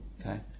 okay